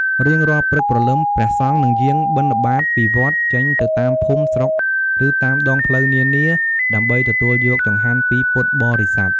រៀងរាល់ព្រឹកព្រលឹម ព្រះសង្ឃនឹងយាងបិណ្ឌបាតពីវត្ត ចេញទៅតាមភូមិ ស្រុក ឬតាមដងផ្លូវនានា ដើម្បីទទួលយកចង្ហាន់ពីពុទ្ធបរិស័ទ។